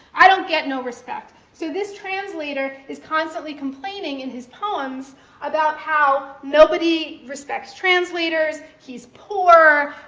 i don't get no respect. so this translator is constantly complaining in his poems about how nobody respects translators, he's poor,